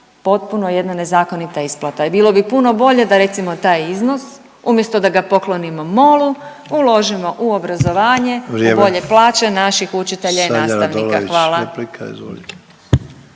potpuno jedna nezakonita isplata i bilo bi puno bolje da recimo taj iznos umjesto da ga poklonimo Molu uložimo u obrazovanje …/Upadica Sanader: Vrijeme./… u bolje plaće naših učitelja i nastavnika. Hvala.